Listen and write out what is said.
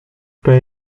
pas